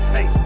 Hey